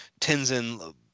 Tenzin